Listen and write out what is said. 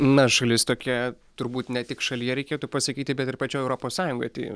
na šalis tokia turbūt ne tik šalyje reikėtų pasakyti bet ir pačioj europos sąjungoj tai